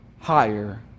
higher